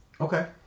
Okay